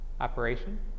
operation